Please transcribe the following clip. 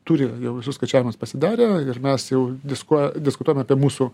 turi jau visus skaičiavimus pasidarę ir mes jau diskuo diskutuojame apie mūsų